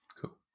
Cool